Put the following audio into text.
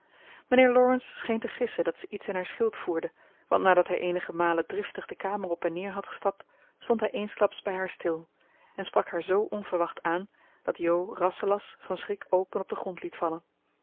mijnheer laurence scheen te gissen dat ze iets in haar schild voerde want nadat hij eenige malen driftig de kamer op en neer had gestapt stond hij eensklaps bij haar stil en sprak haar zoo onverwacht aan dat jo rasselas van schrik open op den grond liet vallen